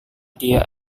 dia